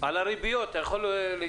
על הריביות אתה יכול להתייחס?